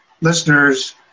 listeners